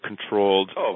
controlled